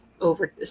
over